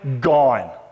gone